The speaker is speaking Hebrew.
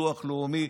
ביטוח לאומי,